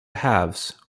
halves